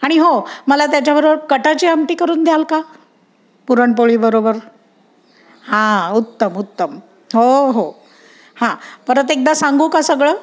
आणि हो मला त्याच्याबरोबर कटाची आमटी करून द्याल का पुरणपोळीबरोबर हां उत्तम उत्तम हो हो हां परत एकदा सांगू का सगळं